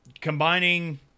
combining